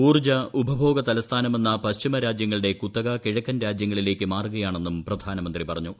ഊർജ്ജ ഉപഭോഗ തലസ്ഥാനമെന്ന പശ്ചിമ രാജ്യങ്ങളുടെ കുത്തക കിഴക്കൻ രാജ്യങ്ങളിലേക്ക് മാറുകയാണെന്നും പ്രധാനമന്ത്രി പറഞ്ഞു